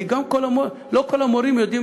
כי לא כל המורים יודעים